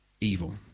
evil